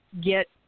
get